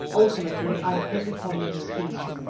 ultimately i hit upon this scheme.